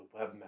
webmaster